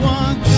one